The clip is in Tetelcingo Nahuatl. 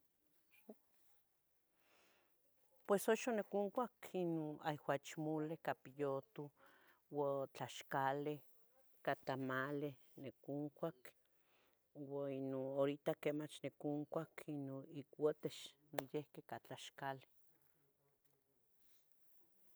Pues uxa noconcua qui non ahuachmuleh ca piyutuh, ua tlaxcaleh ca tamaleh onicuncuac ua ino horita quemach niconcuac ino icuatix, noyihqui ca tlaxcali